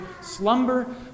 slumber